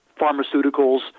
pharmaceuticals